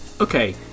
Okay